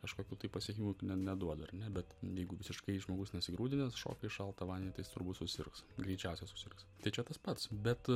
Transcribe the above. kažkokių tai pasekmių ne neduoda ar ne bet jeigu visiškai žmogus nesigrūdinęs šoka į šaltą vandenį tai jis turbūt susirgs greičiausiai susirgs tai čia tas pats bet